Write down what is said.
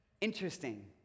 Interesting